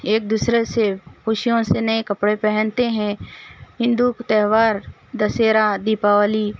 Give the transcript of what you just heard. ایک دوسرے سے خوشیوں سے نئے کپڑے پہنتے ہیں ہندو تہوار دشہرا دیپاولی